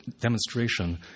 demonstration